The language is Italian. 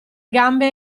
gambe